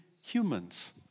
humans